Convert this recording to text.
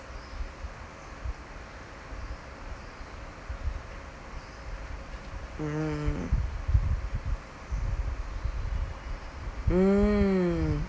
mm mm